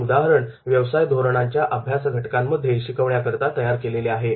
हे उदाहरण व्यवसाय धोरणांच्या अभ्यास घटकांमध्ये शिकविण्याकरिता तयार केलेले आहे